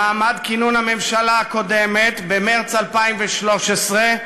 במעמד כינון הממשלה הקודמת, במרס 2013,